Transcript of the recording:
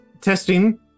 testing